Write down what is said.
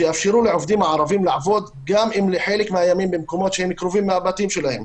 שיאפשרו לעובדים הערבים לעבוד בחלק מהימים במקומות שקרובים לבתים שלהם.